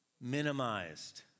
minimized